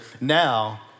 Now